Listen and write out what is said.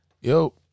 yo